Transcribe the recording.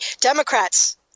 Democrats